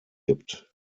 gibt